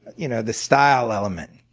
you know the style element.